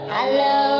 Hello